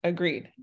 Agreed